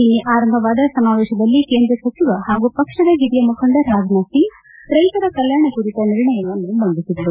ನಿನ್ನೆ ಆರಂಭವಾದ ಸಮಾವೇಶದಲ್ಲಿ ಕೇಂದ್ರ ಸಚಿವ ಹಾಗೂ ಪಕ್ಷದ ಹಿರಿಯ ಮುಖಂಡ ರಾಜನಾಥ್ ಸಿಂಗ್ ರೈತರ ಕಲ್ಕಾಣ ಕುರಿತ ನಿರ್ಣಯವನ್ನು ಮಂಡಿಸಿದರು